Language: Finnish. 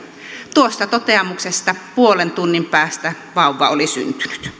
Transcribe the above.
tuosta toteamuksesta puolen tunnin päästä vauva oli syntynyt